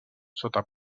sota